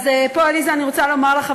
אני רוצה לומר לך,